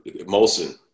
Molson